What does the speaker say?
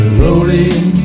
rolling